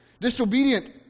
Disobedient